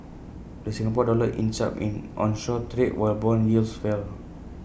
the Singapore dollar inched up in onshore trade while Bond yields fell